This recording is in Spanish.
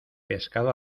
pescado